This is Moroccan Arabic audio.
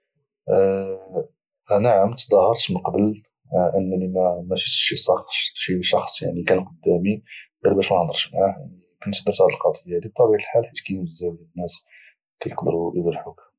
نعم تظاهرت من قبل انني ما شفتش شي شخص يعني كان قدامي غير باش ما نهضرش معه يعني كنت درت هاد القضيه هذه بطبيعه الحال حيت كاينين بزاف ديال الناس كيقدروا يجرحوك